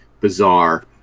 bizarre